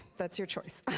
that's your choice.